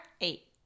eight